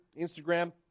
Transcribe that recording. Instagram